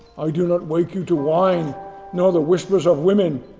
i do not wake you to wine nor the whispers of women,